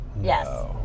Yes